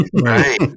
Right